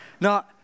Now